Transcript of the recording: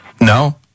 No